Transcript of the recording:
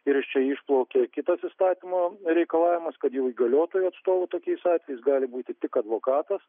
ir iš čia išplaukia kitas įstatymo reikalavimas kad jau įgaliotuoju atstovu tokiais atvejais gali būti tik advokatas